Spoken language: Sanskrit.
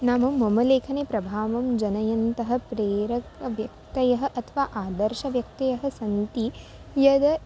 नाम मम लेखने प्रभावं जनयन्तः प्रेरकव्यक्तयः अथवा आदर्शव्यक्तयः सन्ति यद्